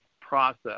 process